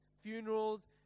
funerals